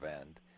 end